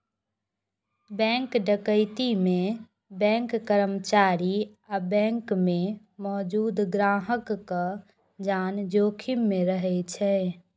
bank डकैती मे bank कर्मचारी आ बैंक मे मौजूद ग्राहकक जान जोखिम मे रहै छै